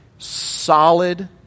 solid